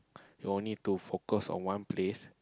you all need to focus on one place